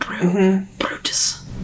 Brutus